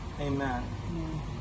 Amen